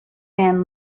man